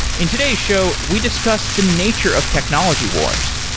in today's show, we discuss the nature of technology wars.